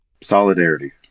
Solidarity